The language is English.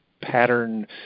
pattern